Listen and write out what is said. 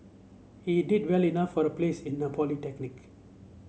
he did well enough for a place in a polytechnic